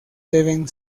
deben